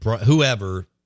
whoever